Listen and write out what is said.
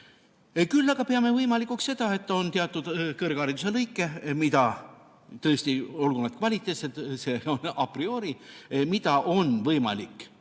Küll aga peame võimalikuks seda, et on teatud kõrghariduse lõike, mida tõesti, olgu nad kvaliteetseda priori, on võimalik